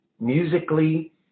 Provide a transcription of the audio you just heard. musically